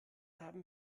haben